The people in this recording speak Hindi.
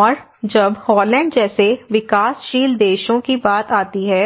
और जब हॉलैंड जैसे विकासशील देशों की बात आती है